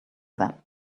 that